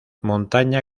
montaña